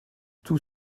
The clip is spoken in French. tous